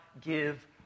give